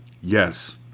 Yes